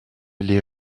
les